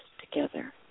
together